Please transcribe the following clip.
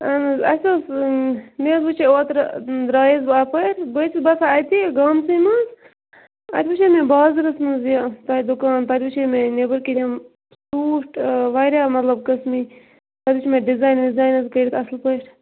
اہَن حظ اَسہِ اوس مےٚ حظ وٕچھے اوترٕ درٛایَس بہٕ اَپٲرۍ بہٕ حظ چھَس باسان اَتی گامسٕے منٛز اَتہِ وٕچھے مےٚ بازرَس منٛز یہِ تۄہہِ دُکان تَتہٕ وٕچھے مےٚ نیٚبٕرۍ کِنۍ یِم سوٗٹ واریاہ مطلب قٕسمٕکۍ تَتہِ وٕچھ مےٚ ڈِزایِن وِزایِن حظ کٔرِتھ اَصٕل پٲٹھۍ